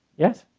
yes?